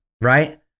right